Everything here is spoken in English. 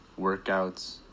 workouts